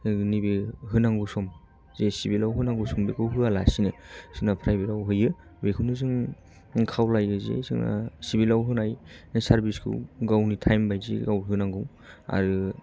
नैबे होनांगौ सम जे सिबिलाव होनांगौ सम बेखौ होआ लासिनो जोंना प्राइबेट आव होयो बेखौनो जों खावलायोजे जोङो सिबिलाव होनाय सारबिस खौ गावनि टाइम बायदि गाव होनांगौ आरो